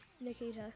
Nikita